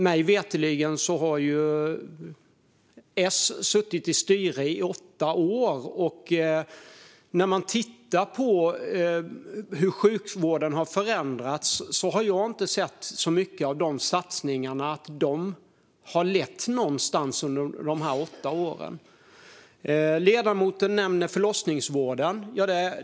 Mig veterligen har Socialdemokraterna suttit i styre i åtta år, och när man tittar på hur sjukvården har förändrats har jag inte sett så mycket av att de satsningarna har lett någonstans. Ledamoten nämner förlossningsvården.